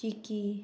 चिकी